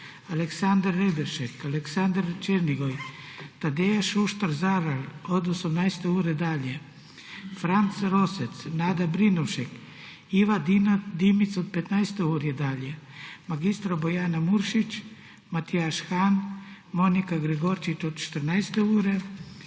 Aleksander Reberšek, Andrej Černigoj, Tadeja Šuštar Zalar od 18. ure dalje, Franc Rosec, Nada Brinovšek, Iva Dimic od 15. ure dalje, Bojana Muršič, Matjaž Han, Monika Gregorčič od 14. ure